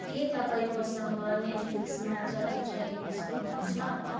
के तपाईँँ मसँग नेटफ्लिक्समा चलचित्र हेर्न सक्नुहुन्छ